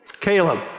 Caleb